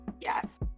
Yes